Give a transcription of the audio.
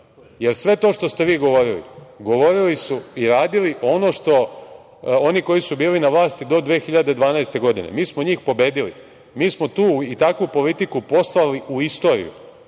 jer sve to što ste vi govorili, govorili su i radili oni koji su bili na vlasti do 2012. godine. Mi smo njih pobedili. Mi smo tu i takvu politiku poslali u istoriju.